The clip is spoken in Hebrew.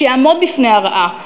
שיעמוד בפני הרעה,